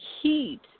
heat